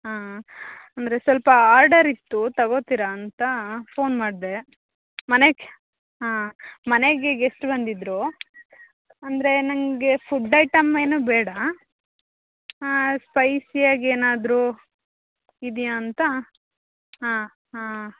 ಹಾಂ ಅಂದರೆ ಸ್ವಲ್ಪ ಆರ್ಡರ್ ಇತ್ತು ತೊಗೋತೀರಾ ಅಂತ ಫೋನ್ ಮಾಡಿದೆ ಮನೆಗೆ ಹಾಂ ಮನೆಗೆ ಗೆಸ್ಟ್ ಬಂದಿದ್ದರು ಅಂದರೆ ನನಗೆ ಫುಡ್ ಐಟಮ್ ಏನೂ ಬೇಡ ಸ್ಪೈಸಿಯಾಗಿ ಏನಾದರು ಇದೆಯಾ ಅಂತ ಹಾಂ ಹಾಂ